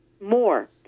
more